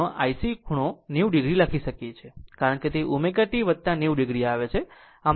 આમ IC આપણે IC ખૂણો 90 o લખી શકીએ કારણ કે તે ω t 90 oઆવે છે